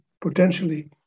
potentially